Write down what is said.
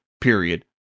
period